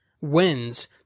wins